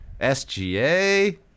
SGA